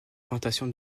plantations